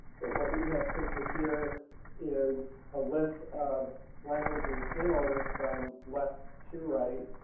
but what we have printed here is a list of languages in order from left to right